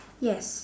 yes